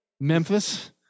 Memphis